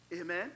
Amen